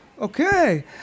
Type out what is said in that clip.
Okay